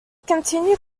continued